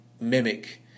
mimic